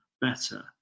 better